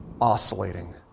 Oscillating